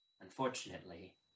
unfortunately